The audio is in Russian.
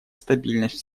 стабильность